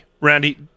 Randy